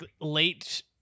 late